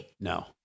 No